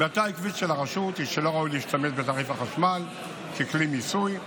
עמדתה העקבית של הרשות היא שלא ראוי להשתמש בתעריף החשמל ככלי מיסוי,